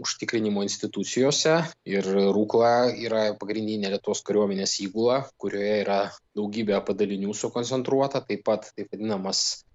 užtikrinimo institucijose ir rukla yra pagrindinė lietuvos kariuomenės įgula kurioje yra daugybė padalinių sukoncentruota taip pat kaip vadinamas